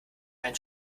einen